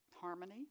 harmony